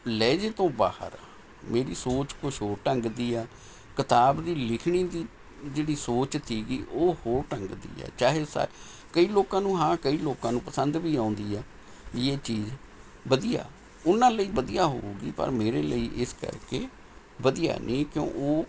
ਲਹਿਜ਼ੇ ਤੋਂ ਬਾਹਰ ਮੇਰੀ ਸੋਚ ਕੁਛ ਹੋਰ ਢੰਗ ਦੀ ਆ ਕਿਤਾਬ ਦੀ ਲਿਖਣੀ ਦੀ ਜਿਹੜੀ ਸੋਚ ਸੀਗੀ ਉਹ ਹੋਰ ਢੰਗ ਦੀ ਹੈ ਚਾਹੇ ਸਾ ਕਈ ਲੋਕਾਂ ਨੂੰ ਹਾਂ ਕਈ ਲੋਕਾਂ ਨੂੰ ਪਸੰਦ ਵੀ ਆਉਂਦੀ ਆ ਵੀ ਇਹ ਚੀਜ਼ ਵਧੀਆ ਉਹਨਾਂ ਲਈ ਵਧੀਆ ਹੋਵੇਗੀ ਪਰ ਮੇਰੇ ਲਈ ਇਸ ਕਰਕੇ ਵਧੀਆ ਨਹੀਂ ਕਿਉਂ ਉਹ